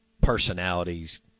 personalities